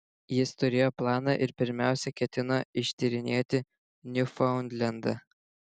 jis turėjo planą ir pirmiausia ketino ištyrinėti niufaundlendą